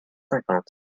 cinquante